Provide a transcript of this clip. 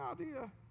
idea